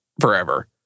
forever